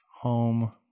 Home